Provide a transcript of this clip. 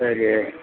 சரி